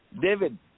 David